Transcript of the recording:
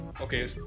Okay